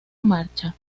marcha